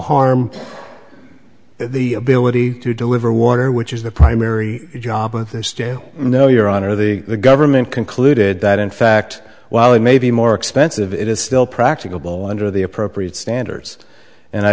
harm the ability to deliver water which is the primary job of this tale no your honor the government concluded that in fact while it may be more expensive it is still practicable under the appropriate standards and i